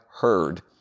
heard